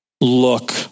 look